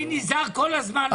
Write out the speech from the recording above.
אני כל הזמן נזהר.